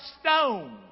stone